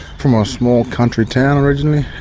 from a small country town originally,